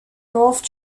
north